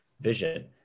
vision